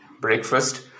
breakfast